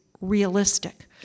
realistic